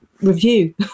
review